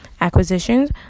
acquisitions